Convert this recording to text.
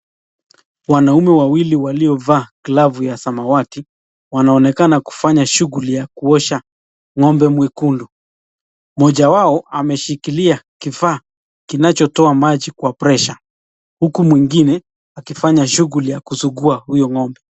Wanaume wawili waliovaa glavu ya samawati wanaonekana kufanya shughuli ya kuosha ng'ombe mwekundu. Mmoja wao ameshikilia kifaa kinachotoa maji kwa (pressure) huku mwingine akifanya shughuli ya kusugua huyo ng'ombe.